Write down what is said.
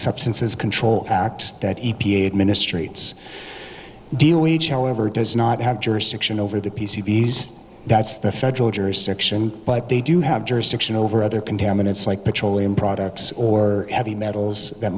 substances control act that e p a administrator deal wage however does not have jurisdiction over the p c bees that's the federal jurisdiction but they do have jurisdiction over other contaminants like petroleum products or heavy metals that